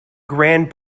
grand